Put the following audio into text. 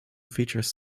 features